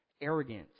arrogant